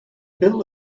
bill